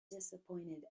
disappointed